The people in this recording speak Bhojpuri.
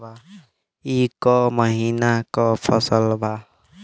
ई क महिना क फसल बा?